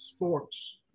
Sports